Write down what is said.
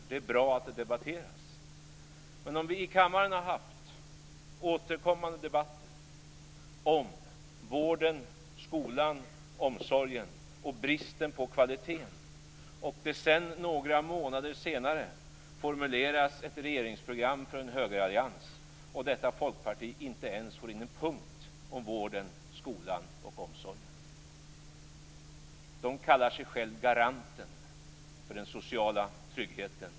Det är bra att det debatteras. Några månader senare formuleras det ett regeringsprogram för en högerallians, och Folkpartiet får inte ens in en punkt om vården, skolan och omsorgen.